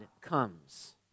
comes